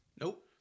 Nope